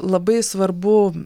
labai svarbu